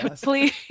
Please